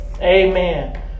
Amen